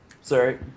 sorry